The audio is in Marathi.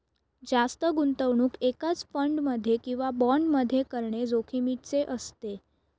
जास्त गुंतवणूक एकाच फंड मध्ये किंवा बॉण्ड मध्ये करणे जोखिमीचे असते